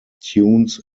tunes